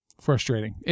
Frustrating